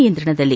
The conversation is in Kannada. ನಿಯಂತ್ರಣದಲ್ಲಿ